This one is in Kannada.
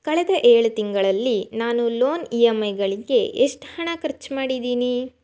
ಕಳೆದ ಏಳು ತಿಂಗಳಲ್ಲಿ ನಾನು ಲೋನ್ ಇ ಎಂ ಐಗಳಿಗೆ ಎಷ್ಟು ಹಣ ಖರ್ಚು ಮಾಡಿದ್ದೀನಿ